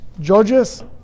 Judges